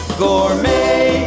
gourmet